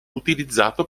utilizzato